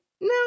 no